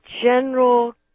general